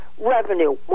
revenue